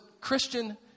Christian